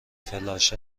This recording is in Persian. فلاش